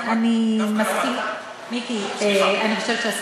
אני לא אפריע לך.